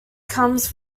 comes